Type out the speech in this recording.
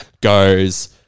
goes